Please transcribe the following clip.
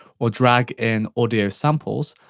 or drag in audio samples,